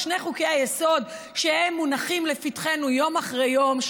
על שני חוקי-היסוד שמונחים לפתחנו יום אחרי יום,